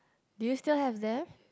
do you still have that